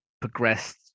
progressed